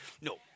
no